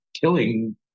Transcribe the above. killing